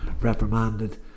reprimanded